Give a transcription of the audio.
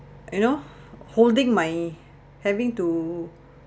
you know holding my having to